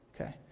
okay